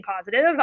positive